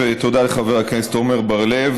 ותודה לחבר הכנסת עמר בר-לב,